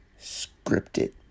scripted